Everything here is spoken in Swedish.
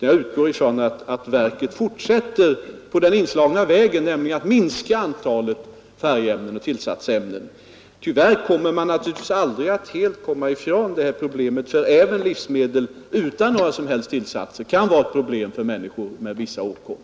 Jag utgår från att verket fortsätter på den inslagna vägen, nämligen att minska antalet färgämnen och tillsatsämnen. Tyvärr kommer man naturligtvis aldrig helt ifrån detta problem. Även livsmedel utan några som helst tillsatser kan vara ett problem för människor med vissa åkommor.